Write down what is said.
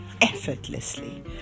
effortlessly